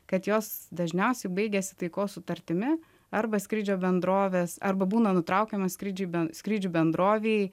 kad jos dažniausiai baigiasi taikos sutartimi arba skrydžio bendrovės arba būna nutraukiamos skrydžiui skrydžių bendrovei